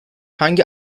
hangi